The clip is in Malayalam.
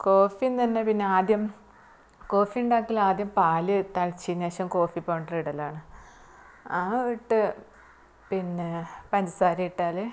കോഫി എന്ന് പറഞ്ഞാൽ പിന്നെ ആദ്യം കോഫിയുണ്ടാക്കൽ ആദ്യം പാൽ തിളച്ചതിന് ശേഷം കോഫീ പൗഡർ ഇടലാണ് ആ ഇട്ട് പിന്നെ പഞ്ചസാര ഇട്ടാല്